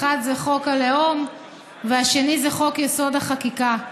האחד זה חוק הלאום והשני זה חוק-יסוד: החקיקה.